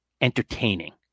entertaining